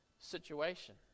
situation